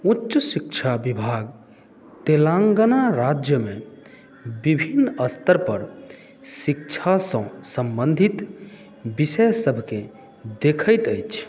उच्च शिक्षा विभाग तेलङ्गाना राज्यमे विभिन्न स्तरपर शिक्षासँ सम्बन्धित विषय सभकेँ देखैत अछि